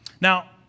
Now